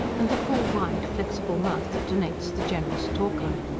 and full, wide, flexible mouth that denotes the generous talker.